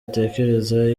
atekereza